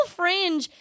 fringe